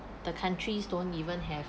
the countries don't even have